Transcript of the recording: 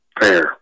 fair